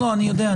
אני יודע.